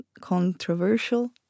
controversial